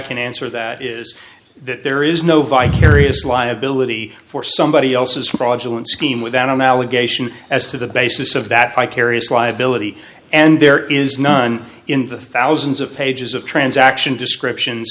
answer that is that there is no vicarious liability for somebody else's fraudulent scheme with an allegation as to the basis of that fight carious liability and there is none in the thousands of pages of transaction descriptions